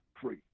free